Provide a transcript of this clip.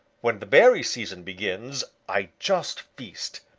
when the berry season begins, i just feast.